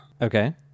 Okay